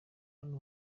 hano